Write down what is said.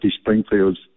Springfields